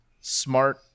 smart